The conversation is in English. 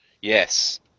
Yes